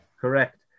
Correct